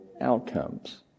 outcomes